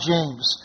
James